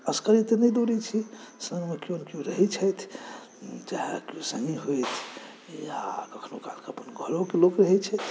असगरे तऽ नहि दौड़ैत छी सङ्गमे किओ ने किओ रहैत छथि चाहे किओ सङ्गी होथि या कखनो कालके अपन घरोके लोक रहैत छथि